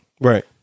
right